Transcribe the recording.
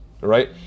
Right